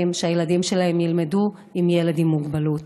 שהילדים שלהם ילמדו עם ילד עם מוגבלות.